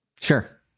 Sure